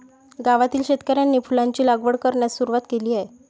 गावातील शेतकऱ्यांनी फुलांची लागवड करण्यास सुरवात केली आहे